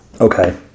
Okay